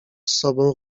sobą